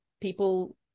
people